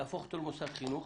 להפוך אותו למוסד חינוך